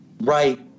Right